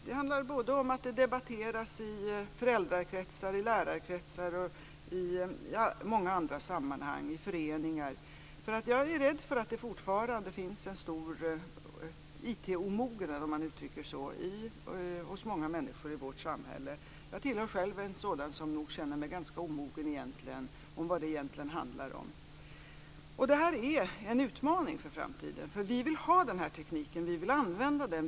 Det handlar om att det debatteras i föräldrakretsar, i lärarkretsar, i föreningar och i många andra sammanhang. Jag är rädd för att det fortfarande finns en stor IT-omognad, om man uttrycker det så, hos många människor i vårt samhälle. Jag är nog själv en sådan som känner sig ganska omogen när det gäller vad det egentligen handlar om. Detta är en utmaning för framtiden, för vi vill ha denna teknik. Vi vill använda den.